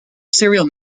serial